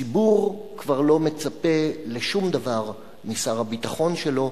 הציבור כבר לא מצפה לשום דבר משר הביטחון שלו,